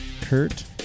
Kurt